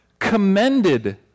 commended